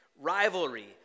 rivalry